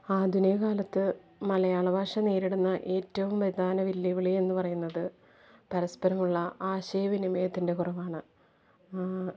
ആധുനിക കാലത്ത് മലയാളഭാഷ നേരിടുന്ന ഏറ്റവും പ്രധാന വെല്ലുവിളി എന്ന് പറയുന്നത് പരസ്പരമുള്ള ആശയവിനിമയത്തിൻ്റെ കുറവാണ്